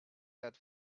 that